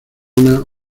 una